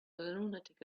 lunatic